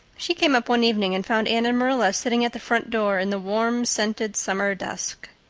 she came up one evening and found anne and marilla sitting at the front door in the warm, scented summer dusk.